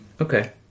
Okay